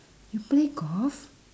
you play golf